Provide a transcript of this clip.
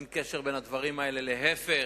אין קשר בין הדברים האלה אלא להיפך.